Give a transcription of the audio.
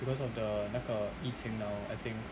because of the 那个疫情 now I think